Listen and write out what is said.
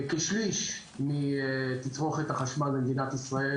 כשליש מתצרוכת החשמל במדינת ישראל,